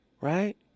Right